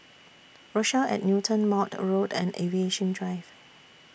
Rochelle At Newton Maude Road and Aviation Drive